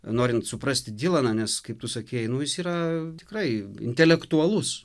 norint suprasti dylaną nes kaip tu sakei nu jis yra tikrai intelektualus